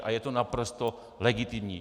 A je to naprosto legitimní.